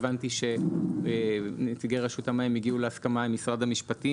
הבנתי שנציגי רשות המים הגיעו להסכמה עם משרד המשפטים,